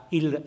il